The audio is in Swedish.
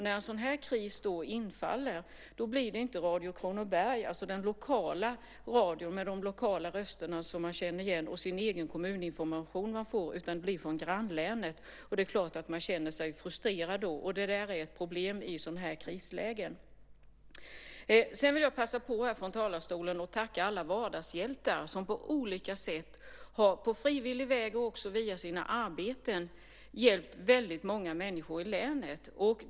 När en sådan här kris inträffar får man inte information från Radio Kronoberg - alltså den lokala radion - med de lokala rösterna som man känner igen, utan från grannlänet. Det är klart att man då känner sig frustrerad. Det är ett problem i sådana här krislägen. Jag vill passa på att här från talarstolen tacka alla vardagshjältar som på olika sätt på frivillig väg och via sina arbeten har hjälpt väldigt många människor i länet.